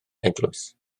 eglwys